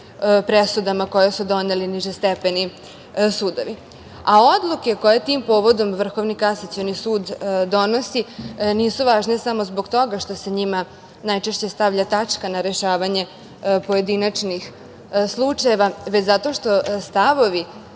presudama koje su doneli nižestepeni sudovi. Odluke koje tim povodom Vrhovni kasacioni sud donosi nisu važne samo zbog toga što se njima najčešće stavlja tačka na rešavanje pojedinačnih slučajeva, već zato što stavovi